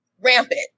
rampant